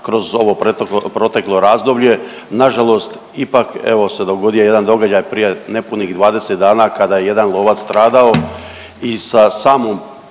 kroz ovo proteklo razdoblje, nažalost ipak evo se dogodio jedan događaj prije nepunih 20 dana kada je jedan lovac stradao i sa samom